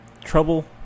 trouble